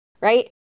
right